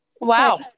Wow